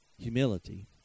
humility